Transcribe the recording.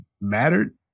mattered